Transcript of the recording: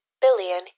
billion